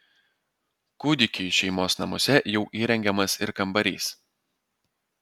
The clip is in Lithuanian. kūdikiui šeimos namuose jau įrengiamas ir kambarys